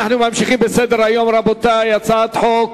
רבותי, אנחנו ממשיכים בסדר-היום: הצעת חוק